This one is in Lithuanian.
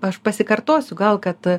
aš pasikartosiu gal kad